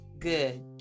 good